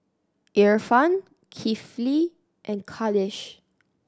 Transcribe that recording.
Irfan Kifli and Khalish